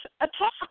attack